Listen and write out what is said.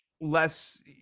less